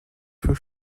für